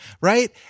right